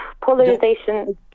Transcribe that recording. polarization